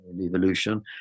evolution